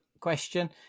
question